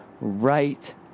right